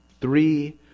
three